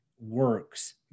works